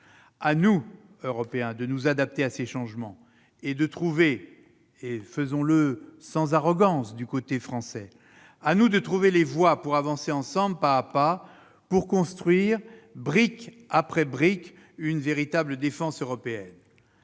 À nous, Européens, de nous adapter à ces changements et de trouver les voies- sans arrogance, du côté français ! -pour avancer ensemble, pas à pas, pour construire, « brique après brique », une véritable défense européenne.